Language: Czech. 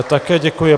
Také děkuji.